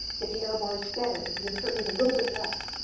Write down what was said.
get the error bars better, get the uncertainties a little bit less.